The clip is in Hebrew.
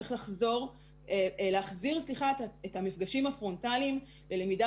צריך להחזיר את המפגשים הפרונטליים בלמידה